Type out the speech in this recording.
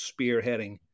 spearheading